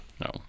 No